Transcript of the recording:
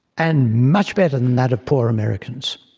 and much better than that of poor americans.